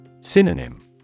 Synonym